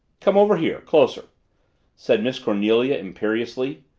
come over here closer said miss cornelia imperiously.